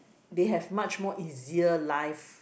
they have much more easier life